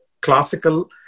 classical